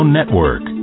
Network